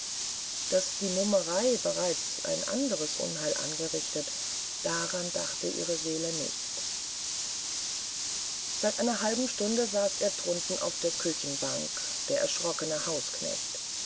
daß die mummerei bereits ein anderes unheil angerichtet daran dachte ihre seele nicht seit einer halben stunde saß er drunten auf der küchenbank der erschrockene